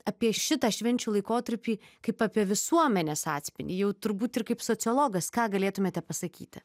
apie šitą švenčių laikotarpį kaip apie visuomenės atspindį jau turbūt ir kaip sociologas ką galėtumėte pasakyti